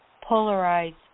polarized